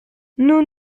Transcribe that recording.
nous